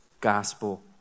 gospel